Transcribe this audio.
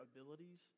abilities